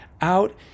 out